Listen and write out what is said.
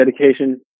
dedication